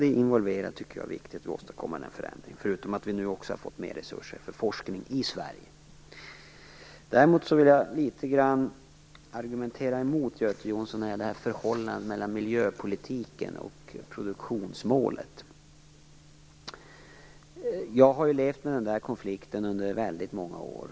Den förändringen tycker jag är viktig att åstadkomma, förutom att vi nu också har fått mer resurser för forskning i Sverige. Däremot vill jag litet grand argumentera mot Göte Jonsson när det gäller förhållandet mellan miljöpolitiken och produktionsmålet. Jag har levt med den konflikten i många år.